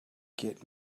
get